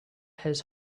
his